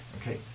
okay